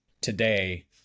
today